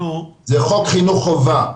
זה חוק חינוך חובה,